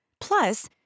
Plus